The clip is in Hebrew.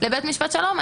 לבית משפט שלום.